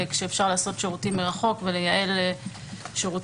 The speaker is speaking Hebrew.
כשאפשר לעשות שירותים מרחוק ולייעל שירותים.